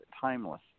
timeless